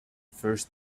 first